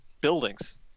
buildings